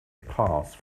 passed